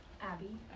Abby